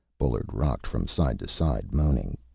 bullard rocked from side to side, moaning.